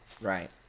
Right